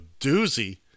doozy